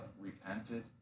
repented